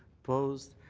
opposed?